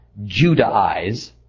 Judaize